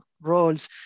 roles